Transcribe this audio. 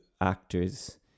actors